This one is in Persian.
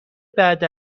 بعد